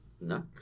no